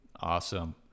Awesome